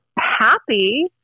happy